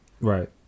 Right